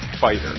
fighter